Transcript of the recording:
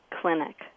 clinic